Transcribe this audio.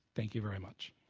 thank you very much.